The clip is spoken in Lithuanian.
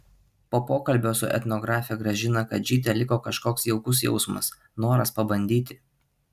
po pokalbio su etnografe gražina kadžyte liko kažkoks jaukus jausmas noras pabandyti